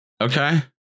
okay